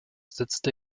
setzt